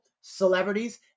celebrities